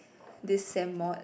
this sem mod